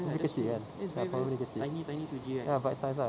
mm kecil kan ah probably kecil ya bite sized ah